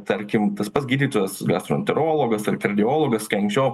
tarkim tas pats gydytojas gastroenterologas ar kardiologas kai anksčiau